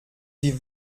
die